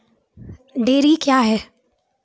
Dairy क्या हैं?